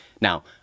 Now